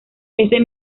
ese